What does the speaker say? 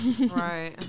Right